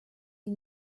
die